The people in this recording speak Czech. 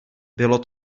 bylo